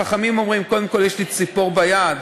חכמים אומרים: קודם כול יש לי ציפור ביד,